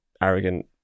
arrogant